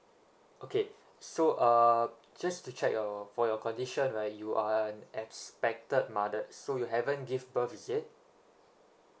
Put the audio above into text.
okay so uh just to check your for your condition right you are expected mother that so you haven't give birth is it